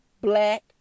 black